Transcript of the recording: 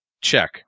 Check